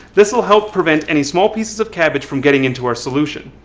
this will help prevent any small pieces of cabbage from getting into our solution.